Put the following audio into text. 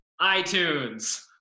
iTunes